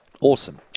Awesome